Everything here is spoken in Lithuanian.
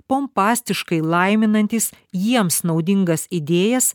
pompastiškai laiminantys jiems naudingas idėjas